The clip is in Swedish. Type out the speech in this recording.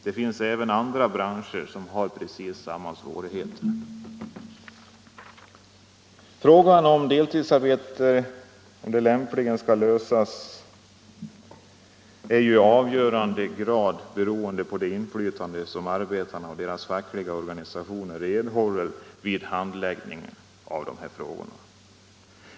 Det finns även andra branscher som har precis samma svårigheter. Hur frågorna om deltidsarbete lämpligen skall lösas blir i avgörande grad beroende av det inflytande arbetarna och deras fackliga organisationer erhåller vid handläggningen av dessa frågor.